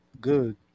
Good